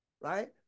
right